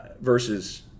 versus